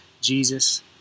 Jesus